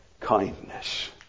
kindness